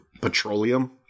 petroleum